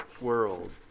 world